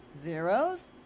Zeros